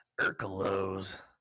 Urkelos